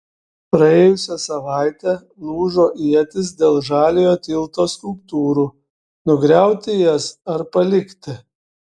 praėjusią savaitę lūžo ietys dėl žaliojo tilto skulptūrų nugriauti jas ar palikti